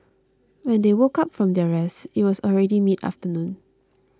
when they woke up from their rest it was already midfternoon